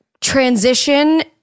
transition